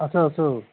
আছোঁ আছোঁ